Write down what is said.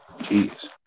Jeez